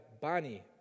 Bani